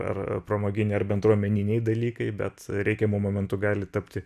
ar pramoginiai ar bendruomeniniai dalykai bet reikiamu momentu gali tapti